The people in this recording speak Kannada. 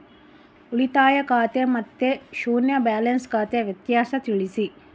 ಉಳಿತಾಯ ಖಾತೆ ಮತ್ತೆ ಶೂನ್ಯ ಬ್ಯಾಲೆನ್ಸ್ ಖಾತೆ ವ್ಯತ್ಯಾಸ ತಿಳಿಸಿ?